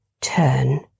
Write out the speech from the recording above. turn